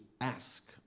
ask